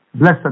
Blessed